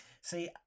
See